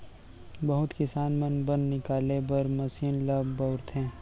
बहुत किसान मन बन निकाले बर मसीन ल बउरथे